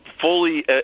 fully